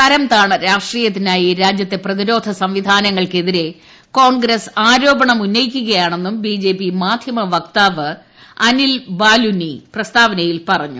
തരംതാണ രാഷ്ട്രീയത്തിന്രിയി രാജ്യത്തെ പ്രതിരോധ സംവിധാനങ്ങൾക്കെതിരെ ഉന്നയിക്കുകയാണെന്റും ബി ജെ പി മാധ്യമ വക്താവ് അനിൽ ബാലുനി പ്രസ്താവനയിൽ പറഞ്ഞു